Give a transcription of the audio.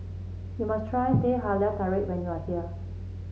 you must try Teh Halia Tarik when you are here